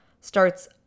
starts